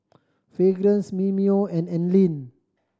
Fragrance Mimeo and Anlene